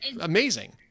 amazing